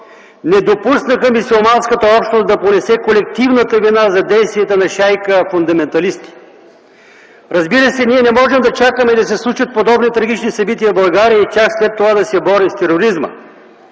не допуснаха мюсюлманската общност да понесе колективната вина за действията на шайка фундаменталисти. Разбира се, ние не можем да чакаме да се случат подобни трагични събития в България и чак след това да се борим с тероризма.